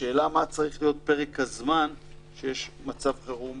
השאלה מה צריך להיות פרק הזמן כשיש מצב חירום